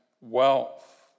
wealth